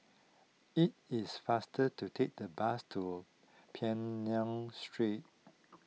it is faster to take the bus to Peng Nguan Street